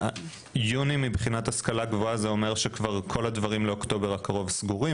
יוני מבחינת השכלה גבוהה זה אומר שכבר כל הדברים לאוקטובר הקרוב סגורים,